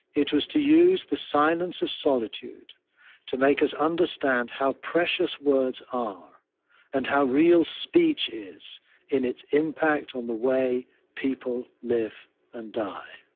it was to use the silence of solitude to make us understand how precious words are and how real speech is in its impact upon the way people live and die.